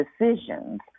decisions